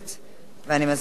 ואני מזמינה אותו.